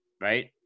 Right